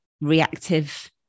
reactive